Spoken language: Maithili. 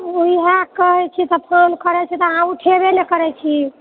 ओएह कहैत छी तऽ फोन करैत छी तऽ अहाँ उठेबे नहि करैत छी